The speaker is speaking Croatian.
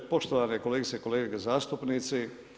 Poštovane kolegice i kolega zastupnici.